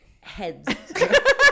heads